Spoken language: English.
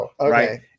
right